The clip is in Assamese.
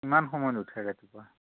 কিমান সময়ত উঠে ৰাতিপুৱা